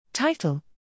Title